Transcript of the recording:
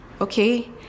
Okay